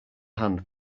hand